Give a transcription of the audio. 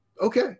okay